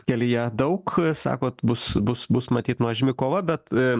kelyje daug sakot bus bus bus matyt nuožmi kova bet